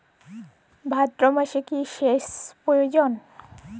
ভাদ্রমাসে কি সেচ প্রয়োজন?